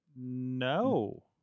No